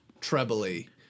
trebly